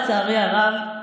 לצערי הרב,